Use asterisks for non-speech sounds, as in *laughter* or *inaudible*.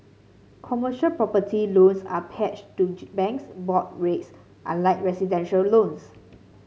commercial property loans are pegged to *unintelligible* bank's board rates unlike residential loans